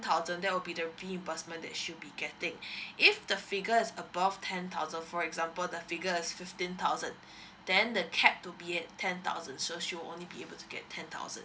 thousand there will be the reimbursement that she would be getting if the figures is above ten thousand for example the figure is fifteen thousand then the cap to be at ten thousand so she'll only be able to get ten thousand